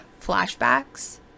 flashbacks